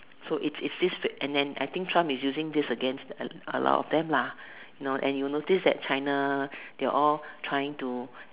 so it is this to and and trying to use this to against a lot of them lah and you know China they are all trying to